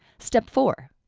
step four,